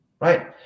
right